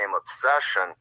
Obsession